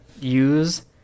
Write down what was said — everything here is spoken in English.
use